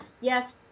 yes